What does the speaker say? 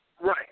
Right